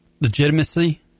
legitimacy